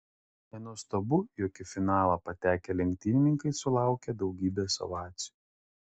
nenuostabu jog į finalą patekę lenktynininkai sulaukė daugybės ovacijų